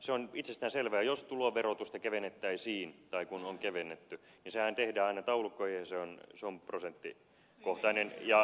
se on itsestäänselvää jos tuloverotusta kevennettäisiin tai kun on kevennetty niin sehän tehdään aina taulukkoon ja se on prosenttikohtainen